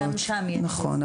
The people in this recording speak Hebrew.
נכון.